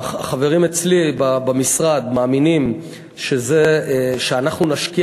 החברים אצלי במשרד מאמינים שאנחנו נשקיע